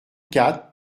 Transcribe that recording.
quatre